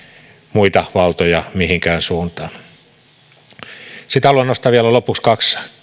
muita valtoja mihinkään suuntaan sitten lopuksi haluan nostaa vielä kaksi